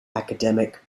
academic